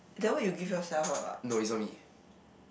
then why you give yourself up what